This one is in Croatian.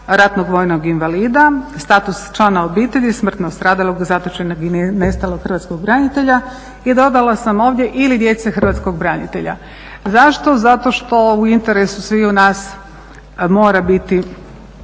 ratnog vojnog invalida, status člana obitelji smrtno stradalog, zatočenog ili nestalog hrvatskog branitelja i dodala sam ovdje ili djece hrvatskog branitelja. Zašto, zato što u interesu svih nas mora biti